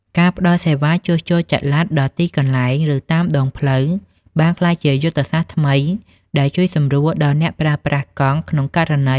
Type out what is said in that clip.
ការផ្តល់សេវាជួសជុលចល័តដល់ទីកន្លែង ឬតាមដងផ្លូវ បានក្លាយជាយុទ្ធសាស្ត្រថ្មីដែលជួយសម្រួលដល់អ្នកប្រើប្រាស់កង់ក្នុងករណីមានអាសន្ន។